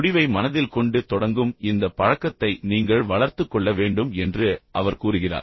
முடிவை மனதில் கொண்டு தொடங்கும் இந்த பழக்கத்தை நீங்கள் வளர்த்துக் கொள்ள வேண்டும் என்று அவர் கூறுகிறார்